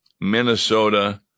Minnesota